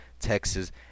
Texas